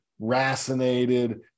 racinated